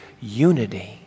unity